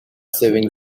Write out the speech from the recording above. saving